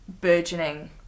burgeoning